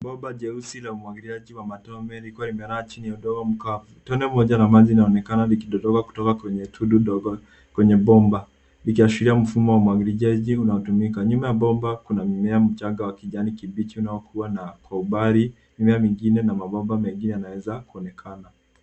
Bomba jeusi la umwagiliaji wa matone lilikuwa limelala chini ya udongo mkavu. Tone moja na maji linaonekana likidondoka kutoka kwenye tundu dogo, kwenye bomba, ikiashiria mfumo wa umwagiliaji unaotumika. Nyuma ya bomba, kuna mimea mchanga wa kijani kibichi inayokuwa na kwa umbali mimea mingine na mabomba mengine yanaweza kuonekana.